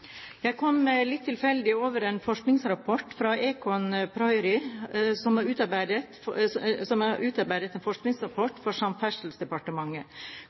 Jeg kom litt tilfeldig over en forskningsrapport fra Econ Pöyry, som er utarbeidet for Samferdselsdepartementet.